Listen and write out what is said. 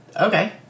Okay